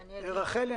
רחלי,